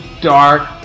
dark